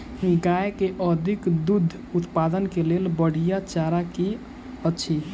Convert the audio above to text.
गाय केँ अधिक दुग्ध उत्पादन केँ लेल बढ़िया चारा की अछि?